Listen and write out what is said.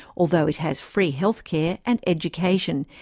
although it has free health care and education,